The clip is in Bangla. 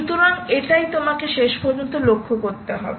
সুতরাং এটিই তোমাকে শেষ পর্যন্ত লক্ষ্য করতে হবে